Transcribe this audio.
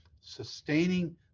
sustaining